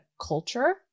culture